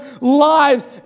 lives